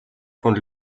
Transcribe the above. von